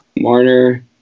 Marner